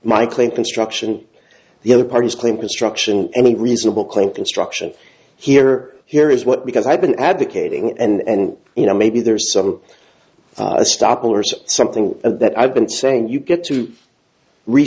my claim construction the other parties claim construction any reasonable claim construction here or here is what because i've been advocating and you know maybe there's some stoppel or something and that i've been saying you get to re